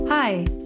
Hi